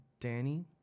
Danny